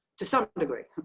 to some degree.